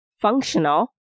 functional